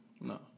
No